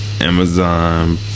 Amazon